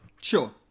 sure